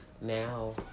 now